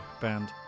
band